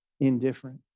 Indifferent